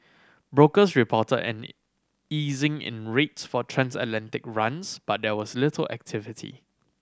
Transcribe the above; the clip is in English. brokers reported an easing in rates for transatlantic runs but there was little activity